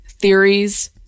theories